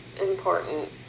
important